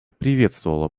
приветствовала